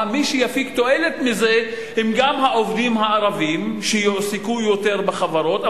מי שיפיק תועלת מזה הם גם העובדים הערבים שיועסקו יותר בחברות,